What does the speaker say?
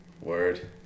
Word